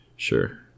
Sure